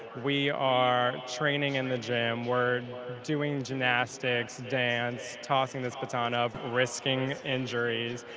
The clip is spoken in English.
we are training in the gym, we're doing gymnastics, dance, tossing this baton up, risking injuries,